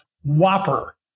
whopper